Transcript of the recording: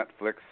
netflix